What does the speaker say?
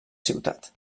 ciutat